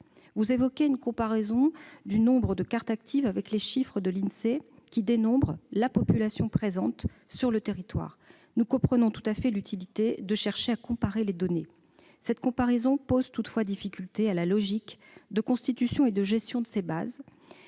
Vous évoquez une comparaison du nombre de cartes actives avec les chiffres de l'Insee qui dénombre la population présente sur le territoire. Nous comprenons tout à fait l'utilité de chercher à comparer les données. Toutefois, cette comparaison pose difficulté, car la logique de constitution et de gestion de ces bases